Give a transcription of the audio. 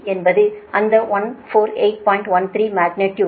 13 magnitude